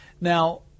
Now